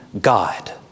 God